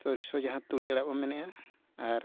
ᱥᱚᱨᱥᱮ ᱡᱟᱦᱟᱸ ᱛᱩᱲᱤ ᱟᱲᱟᱜ ᱵᱚᱱ ᱢᱮᱱᱮᱜᱼᱟ ᱟᱨ